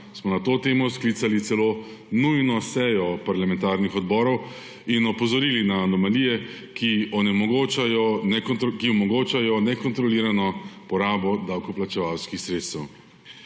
smo na to temo sklicali celo nujno sejo parlamentarnih odborov in opozorili na anomalije, ki omogočajo nekontrolirano porabo davkoplačevalskih sredstev. Zanimivo,